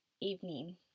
evening